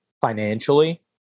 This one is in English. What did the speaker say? financially